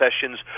sessions